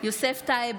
יוסף טייב,